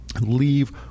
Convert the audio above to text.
leave